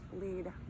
lead